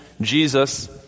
Jesus